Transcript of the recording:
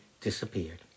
disappeared